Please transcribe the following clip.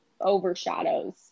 overshadows